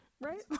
right